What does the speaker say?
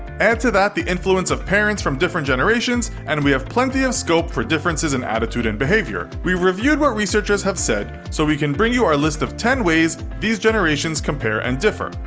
add to that the influence of parents from different generations, and we have plenty of scope for differences in attitude and behavior. we've reviewed what researchers have said, so we can bring you our list of ten ways these generations compare and differ.